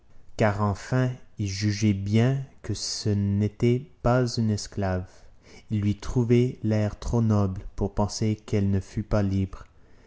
car enfin il jugeait bien que ce n'était pas une esclave il lui trouvait l'air trop noble pour penser qu'elle ne fut pas libre